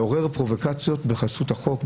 לעורר פרובוקציות בחסות החוק,